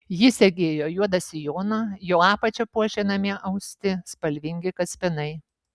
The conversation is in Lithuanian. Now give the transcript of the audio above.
ji segėjo juodą sijoną jo apačią puošė namie austi spalvingi kaspinai